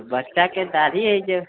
बच्चाके दाढ़ी हइ जे